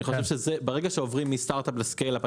ברגע שעוברים מסטארט-אפ ל-ScaleUp,